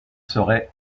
serait